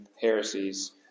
heresies